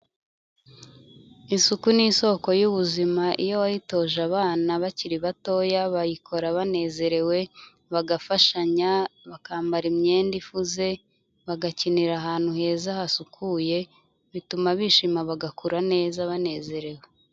Isuku ni i isoko y'ubuzima iyo wayitoje abana bakiri batoya bayikora banezerewe bagafashanya, bakambara imyenda ifuze, bagakinira ahantu heza hasukuye bituma bishima bagakura neza banezerewe.